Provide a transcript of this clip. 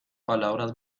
palabras